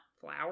flour